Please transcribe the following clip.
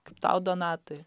kaip tau donatai